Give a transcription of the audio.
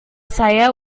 saya